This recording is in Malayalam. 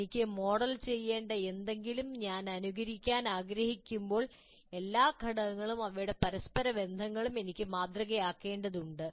എനിക്ക് മോഡൽ ചെയ്യേണ്ട എന്തെങ്കിലും അനുകരിക്കാൻ ഞാൻ ആഗ്രഹിക്കുമ്പോൾ എല്ലാ ഘടകങ്ങളും അവയുടെ പരസ്പര ബന്ധങ്ങളും എനിക്ക് മാതൃകയാക്കേണ്ടതുണ്ട്